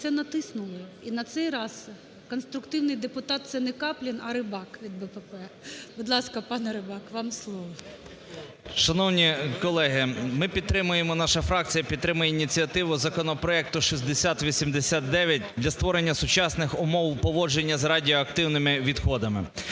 все натиснули? І на цей раз конструктивний депутат - це не Каплін, а Рибак від БПП. Будь ласка, пане Рибак, вам слово. 13:28:38 РИБАК І.П. Шановні колеги, ми підтримуємо, наша фракція підтримує ініціативу законопроекту 6089 для створення сучасних умов поводження з радіоактивними відходами.